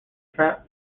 trap